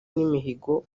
n’imihigo